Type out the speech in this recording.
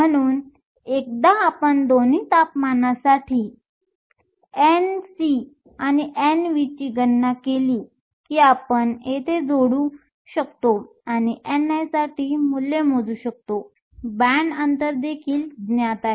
म्हणून एकदा आपण दोन्ही तापमानांसाठी Ncand Nv ची गणना केली की आपण येथे जोडू प्लग इन शकतो आणि ni साठी मूल्य मोजू शकतो बँड अंतर देखील ज्ञात आहे